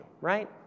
right